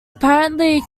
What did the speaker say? apparently